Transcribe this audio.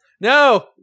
no